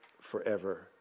forever